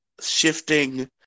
shifting